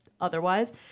otherwise